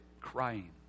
crying